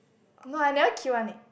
no I never queue one leh